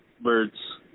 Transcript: birds